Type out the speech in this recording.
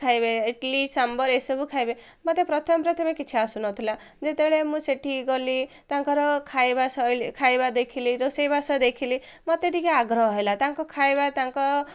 ଖାଇବେ ଇଡ଼୍ଲିି ସାମ୍ବର ଏସବୁ ଖାଇବେ ମୋତେ ପ୍ରଥମେ ପ୍ରଥମେ କିଛି ଆସୁନଥିଲା ଯେତେବେଳେ ମୁଁ ସେଠି ଗଲି ତାଙ୍କର ଖାଇବା ଶୈଳୀ ଖାଇବା ଦେଖିଲି ରୋଷେଇବାସ ଦେଖିଲି ମୋତେ ଟିକେ ଆଗ୍ରହ ହେଲା ତାଙ୍କ ଖାଇବା ତାଙ୍କ